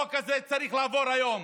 החוק הזה צריך לעבור היום.